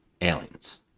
Aliens